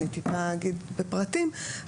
אני טיפה אגיד את הפרטים,